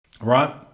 right